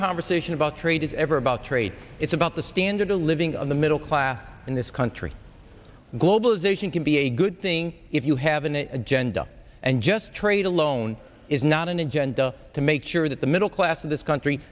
conversation about trade is ever about trade it's about the standard of living on the middle class in this country globalization can be a good thing if you have an agenda and just trade alone is not an agenda to make sure that the middle class of this country